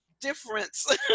difference